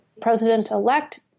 president-elect